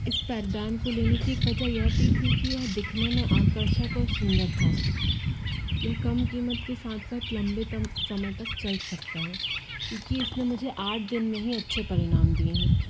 इस पैरदान को लेने की एक वजह यह भी थी कि यह दिखने में आकर्षक और सुंदर था यह कम कीमत के साथ साथ लम्बे तम समय तक चल सकता है क्योंकि इसने मुझे आठ दिन में ही अच्छे परिणाम दिए हैं